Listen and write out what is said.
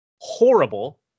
horrible